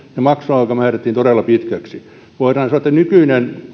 maksuaika määritettiin todella pitkäksi voidaan sanoa että nykyinen